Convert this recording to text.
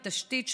עם תשתית שונה,